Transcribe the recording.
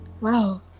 Wow